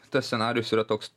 tas scenarijus yra toks